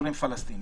עצורים פלסטינים,